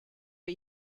are